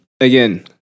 again